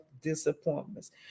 disappointments